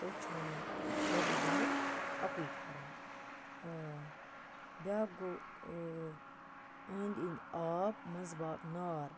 تہٕ تٔتھ چھِ وَنان ژورن بیٚنٮ۪ن اَکوٕے پھٮ۪رن بیٛاکھ گوٚو أنٛدۍ أنٛدۍ آب منٛز باغ نار